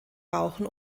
rauchen